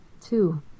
Two